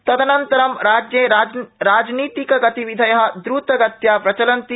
तदनन्तरं राज्ये राजनीतिक गतिविधय द्रतगत्या प्रचलन्ति